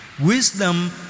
Wisdom